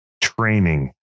training